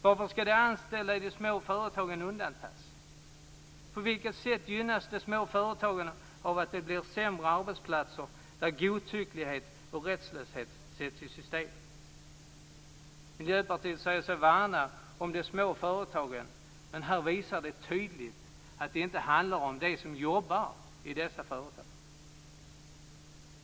Varför skall de anställda i de små företagen undantas? På vilket sätt gynnas de små företagen av att det blir sämre arbetsplatser, där godtycklighet och rättslöshet sätts i system? Miljöpartiet säger sig värna de små företagen, men här visar de tydligt att det inte handlar om dem som jobbar i dessa företag.